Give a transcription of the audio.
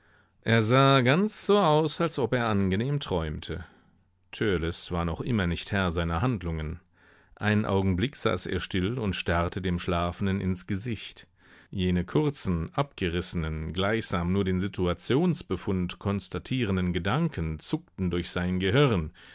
er sah ganz so aus als ob er angenehm träumte törleß war noch immer nicht herr seiner handlungen einen augenblick saß er still und starrte dem schlafenden ins gesicht jene kurzen abgerissenen gleichsam nur den situationsbefund konstatierenden gedanken zuckten durch sein gehirn